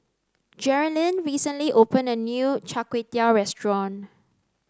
Geralyn recently opened a new Chai Tow Kuay restaurant